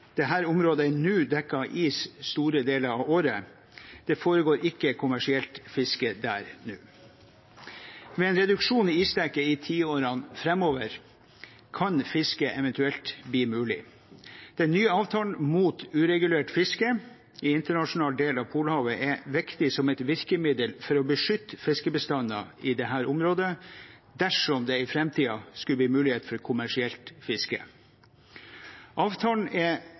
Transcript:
Det foregår ikke kommersielt fiske der nå. Ved en reduksjon i isdekket i tiårene framover kan fiske eventuelt bli mulig. Den nye avtalen mot uregulert fiske i internasjonal del av Polhavet er viktig som et virkemiddel for å beskytte fiskebestandene i dette området dersom det i framtiden skulle bli muligheter for kommersielt fiske. Avtalen er